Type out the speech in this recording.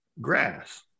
grass